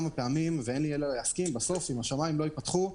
ואין לי אלא להסכים אם השמיים לא ייפתחו,